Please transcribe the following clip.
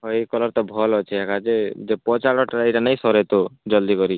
ଏଇ କଲର୍ଟା ଭଲ୍ ଅଛି ଏକା ଯେ ଯେ ପଛ୍ ଆଡ଼େଟା ନାଇଁ ସରେ ତ ଜଲ୍ଦି କରି